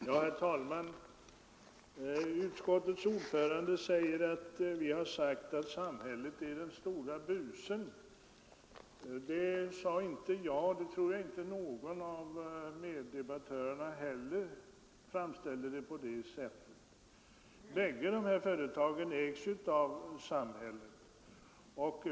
Hur kan ni komma fram till att det skulle kunna bli en försämrad service?